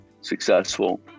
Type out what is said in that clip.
successful